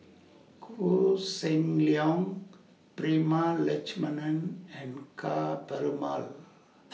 Koh Seng Leong Prema Letchumanan and Ka Perumal